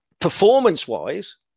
Performance-wise